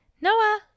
Noah